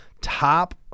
top